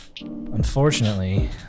Unfortunately